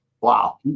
Wow